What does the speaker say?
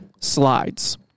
slides